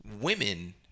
Women